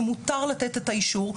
שמותר לתת את האישור,